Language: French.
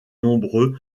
nombreux